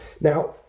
Now